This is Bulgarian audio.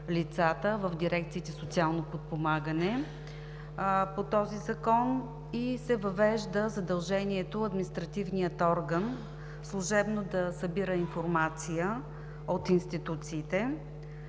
лицата в дирекциите „Социално подпомагане“ по този Закон, и се въвежда задължението административният орган служебно да събира информация от институциите.